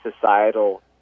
societal